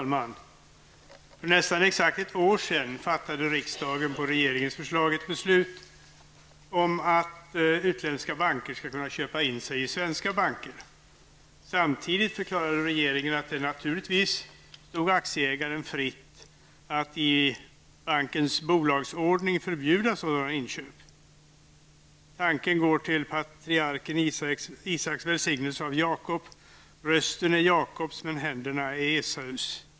Herr talman! För nästan exakt ett år sedan fattade riksdagen på regeringens förslag ett beslut om att utländska banker skall kunna köpa in sig i svenska banker. Samtidigt förklarade regeringen att det naturligtvis står aktieägaren fritt att i bankens bolagsordning förbjuda sådana inköp. Tanken går till patriarken Isaks välsignelse av Jakob: Rösten är Jakobs, men händerna är Esaus.